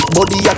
Body